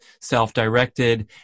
self-directed